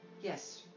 Yes